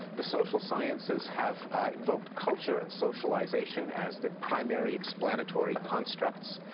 the social sciences have invoked culture and socialization as the primary explanatory constructs.